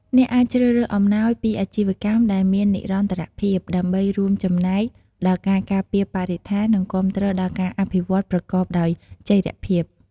អ្នកអាចជ្រើសរើសអំណោយពីអាជីវកម្មដែលមាននិរន្តរភាព ដើម្បីរួមចំណែកដល់ការការពារបរិស្ថាន និងគាំទ្រដល់ការអភិវឌ្ឍប្រកបដោយចីរភាព។